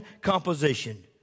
composition